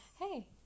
Hey